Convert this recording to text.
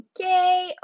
Okay